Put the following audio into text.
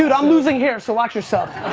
but i'm losing hairs so watch yourself.